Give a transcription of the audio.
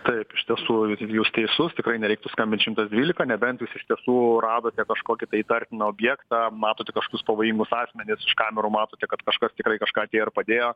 taip iš tiesų jūs teisus tikrai nereiktų skambint šimtas dvylika nebent jūs iš tiesų radote kažkokį tai įtartiną objektą matote kažkokius pavojingus asmenis iš kamerų matote kad kažkas tikrai kažką atėjo ir padėjo